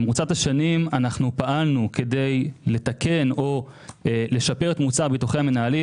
במרוצת השנים אנחנו פעלנו כדי לתקן או לשפר את מוצר ביטוחי המנהלים,